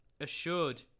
assured